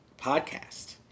podcast